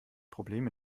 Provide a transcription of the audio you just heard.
problem